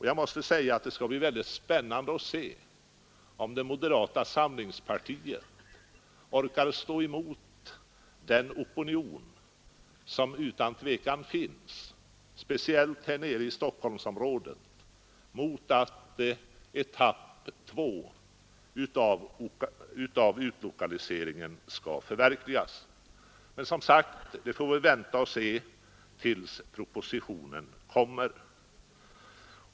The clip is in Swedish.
Jag måste säga att det skall bli väldigt spännande att se om moderata samlingspartiet orkar stå emot den opinion som utan tvivel finns, speciellt i Stockholmsområdet, mot att etapp 2 av utlokaliseringen skall förverkligas. Men vi får väl vänta och se då propositionen kommer.